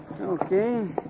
Okay